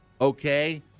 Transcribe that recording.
Okay